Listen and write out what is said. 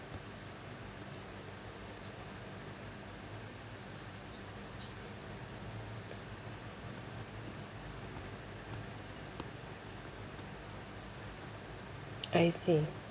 I see